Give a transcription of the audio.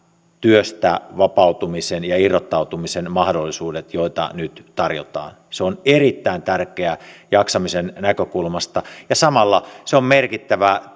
työstä vapautumisen ja irrottautumisen mahdollisuudet joita nyt tarjotaan se on erittäin tärkeää jaksamisen näkökulmasta ja samalla se on merkittävä